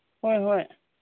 ꯍꯣꯏ ꯍꯣꯏ